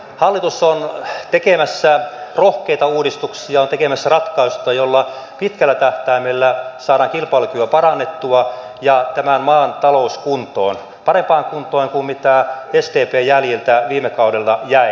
hallitus on tekemässä rohkeita uudistuksia on tekemässä ratkaisuja joilla pitkällä tähtäimellä saadaan kilpailukykyä parannettua ja tämän maan talous kuntoon parempaan kuntoon kuin mitä sdpn jäljiltä viime kaudella jäi